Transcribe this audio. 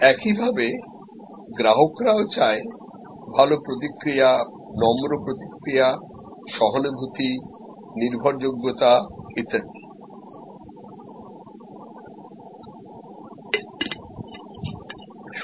একইভাবে গ্রাহকরাও চায় ভালো প্রতিক্রিয়া নম্র প্রতিক্রিয়া সহানুভূতি নির্ভরযোগ্যতা ইত্যাদি